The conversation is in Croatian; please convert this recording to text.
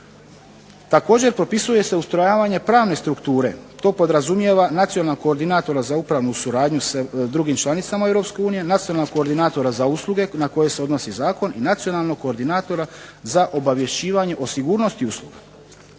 Također propisuje se ustrojavanje pravne strukture, to podrazumijeva nacionalnog koordinatora za upravnu suradnju sa drugim članicama Europske unije, nacionalnog koordinatora za usluge na koje se odnosi zakon, i nacionalnog koordinatora za obavješćivanje o sigurnosti usluga.